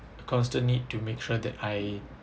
constant need to make sure that I